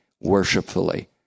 worshipfully